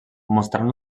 mostrant